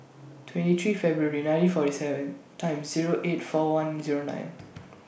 twenty three February nineteen forty seven Time Zero eight four one Zero nine